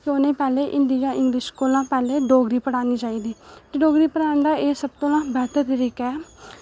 कि उ'ने पैह्ले हिंदी जां इंग्लिश कोला पैह्ले डोगरी पढ़ानी चाहिदी ते डोगरी पढ़ान दा एह् सब तों ना बेहतर तरीका ऐ